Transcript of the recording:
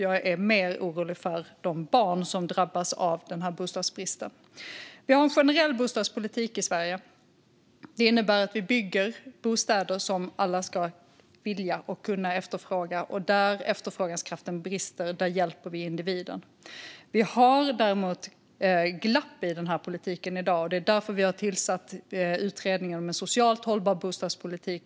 Jag är mer orolig för de barn som drabbas av bostadsbristen. Vi har en generell bostadspolitik i Sverige. Det innebär att vi bygger bostäder som alla ska vilja och kunna efterfråga. Där efterfrågekraften brister hjälper vi individen. Vi har däremot glapp i den politiken i dag. Det är därför vi har tillsatt utredningen om en socialt hållbar bostadspolitik.